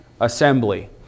assembly